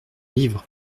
livre